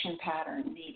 pattern